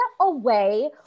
away